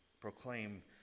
proclaim